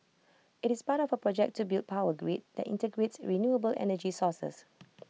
IT is part of project to build power grid that integrates renewable energy sources